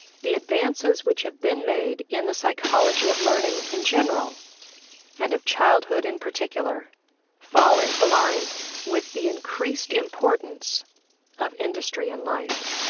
the advances which have been made in the psychology of learning in general and of childhood in particular fall into line with the increased importance of industry in life.